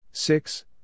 Six